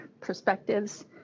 perspectives